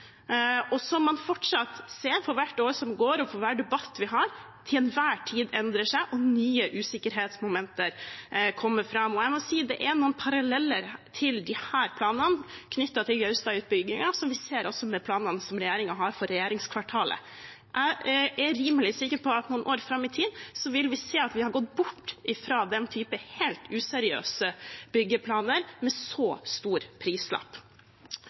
og som man fortsatt ser – for hvert år som går, og for hver debatt vi har – til enhver tid endrer seg, og nye usikkerhetsmomenter kommer fram. Når det gjelder disse planene knyttet til Gaustad-utbyggingen, er det noen paralleller til de planene som regjeringen har for regjeringskvartalet. Jeg er rimelig sikker på at om noen år fram i tid vil vi se at vi har gått bort fra den typen helt useriøse byggeplaner med så stor prislapp.